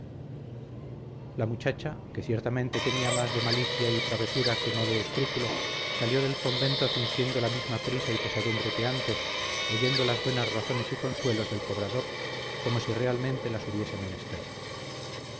la muchacha que ciertamente tenía más de malicia y travesura que no de escrúpulo salió del convento fingiendo la misma prisa y pesadumbre que antes oyendo las buenas razones y consuelos del cobrador como si realmente las hubiese menester